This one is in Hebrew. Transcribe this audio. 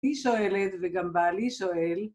היא שואלת וגם בעלי שואל